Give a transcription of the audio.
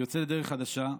ויוצא לדרך חדשה.